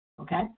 Okay